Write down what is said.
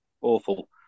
awful